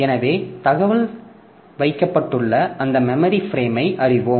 எனவே தகவல் வைக்கப்பட்டுள்ள எந்த மெமரி பிரேம் ஐ அறிவோம்